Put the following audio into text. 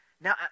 Now